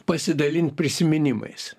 pasidalint prisiminimais